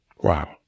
Wow